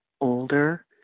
older